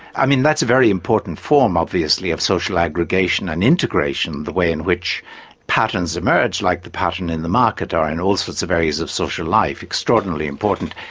i mean, that's a very important form, obviously, of social aggregation and integration, the way in which patterns emerge like the pattern in the market or in all sorts of areas of social life, extraordinarily important.